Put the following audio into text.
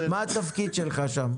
מה התפקיד שלך שם?